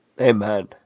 Amen